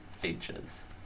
Features